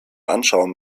anschauung